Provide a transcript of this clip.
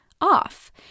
off